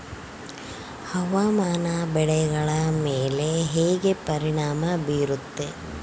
ಹವಾಮಾನ ಬೆಳೆಗಳ ಮೇಲೆ ಹೇಗೆ ಪರಿಣಾಮ ಬೇರುತ್ತೆ?